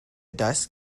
dust